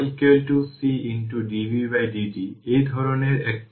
তাই equation 24 series ইন্ডাক্টরের জন্য ইকুইভ্যালেন্ট দেখায় এটি একটি রেজিস্টেন্স এর মতো